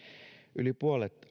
yli puolet